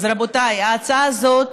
אז רבותיי, ההצעה הזאת